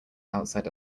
outside